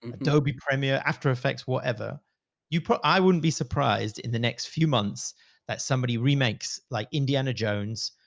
um adobe premiere after effects, whatever you pro. i wouldn't be surprised in the next few months that somebody remakes like indiana jones,